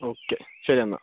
okay ശരി എന്നാൽ